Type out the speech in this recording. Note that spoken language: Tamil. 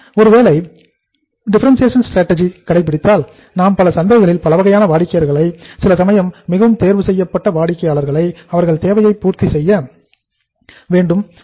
ஒருவேளை டிஃபரண்டியேஷன் ஸ்ட்ராடஜி கடைபிடித்தால் நாம் பல சந்தைகளில் பலவகையான வாடிக்கையாளர்களை சில சமயம் மிகவும் தேர்வு செய்யப்பட்ட வாடிக்கையாளர்களை அவர்கள் தேவையை பூர்த்தி செய்ய வேண்டும்